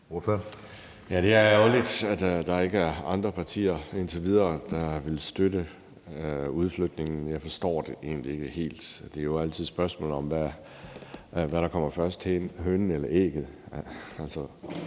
Det er ærgerligt, at der indtil videre ikke er andre partier, der vil støtte udflytningen. Jeg forstår det egentlig ikke helt. Det er jo altid et spørgsmål om, hvad der kommer først: hønen eller ægget.